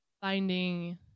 finding